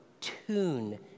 tune